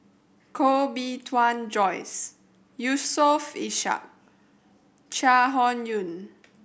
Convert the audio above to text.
Koh Bee Tuan Joyce Yusof Ishak Chai Hon Yoong